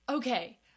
Okay